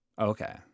okay